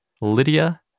Lydia